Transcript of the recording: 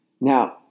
Now